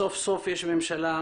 ממשלה,